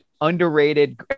underrated